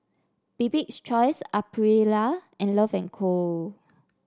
Bibik's Choice Aprilia and Love and Co